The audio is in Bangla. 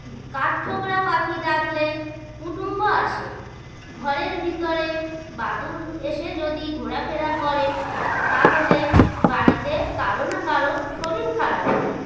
কাঠঠোকরা পাখি ডাকলে কুটুম্ব আসে ঘরের ভিতরে বাদুুর এসে যদি ঘোরাফেরা করে তাহলে বাড়িতে কারো না কারো শরীর খারাপ হয়